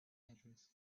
address